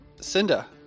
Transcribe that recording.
Cinda